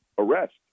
arrest